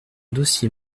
dossier